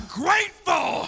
grateful